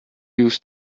used